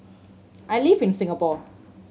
I live in Singapore